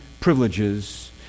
privileges